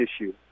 issue